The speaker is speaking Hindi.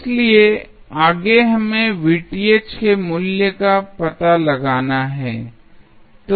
इसलिए आगे हमें के मूल्य का पता लगाना है